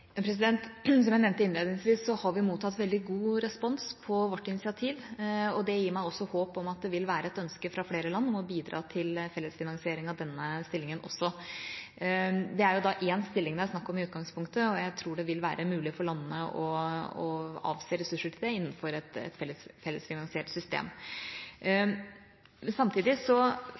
Som jeg nevnte innledningsvis, har vi mottatt veldig god respons på vårt initiativ. Det gir meg også håp om at det vil være et ønske fra flere land om å bidra til fellesfinansiering av denne stillingen også. Det er én stilling det er snakk om i utgangspunktet, og jeg tror det vil være mulig for landene å avse ressurser til det innenfor et